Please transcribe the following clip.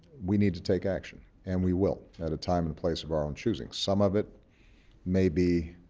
we need to take action and we will, at a time and place of our own choosing. some of it may be